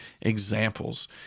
examples